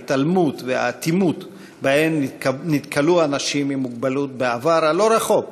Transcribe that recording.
ההתעלמות והאטימות שבהן נתקלו אנשים עם מוגבלות בעבר הלא-רחוק,